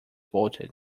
bolted